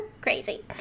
crazy